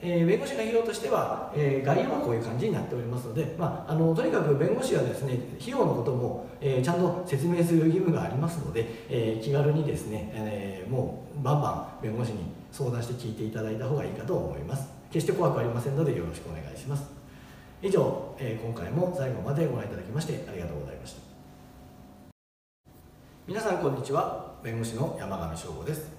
えー、弁護士の費用としては、えー、概要はこういう感じになっておりますので、まあ、あの、とにかく弁護士はですね、費用のことも、えー、ちゃんと説明する義務がありますので、えー、気軽にですね、えー、もうバンバン弁護士に相談して聞いていただいた方がいいかと思います。決して怖くありませんのでよろしくお願いします。以上、えー、今回も最後までご覧いただきましてありがとうございました。皆さんこんにちは。弁護士の山上翔吾です。